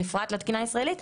בפרט לתקינה הישראלית,